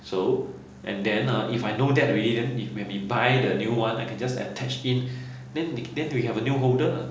so and then ah if I know that already we when we buy the new [one] I can just attach in then we then we have a new holder lah